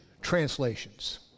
translations